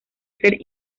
ser